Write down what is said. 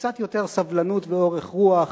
קצת יותר סבלנות ואורך רוח,